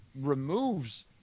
removes